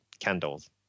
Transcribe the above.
candles